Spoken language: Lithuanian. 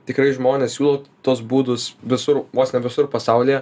tikrai žmonės siūlo tuos būdus visur vos ne visur pasaulyje